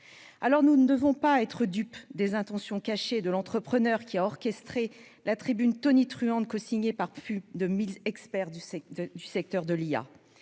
Ne soyons pas dupes des intentions cachées de l'entrepreneur qui a orchestré la tribune tonitruante cosignée par plus de 1 000 experts du secteur de l'IA,